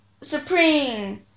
Supreme